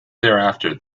thereafter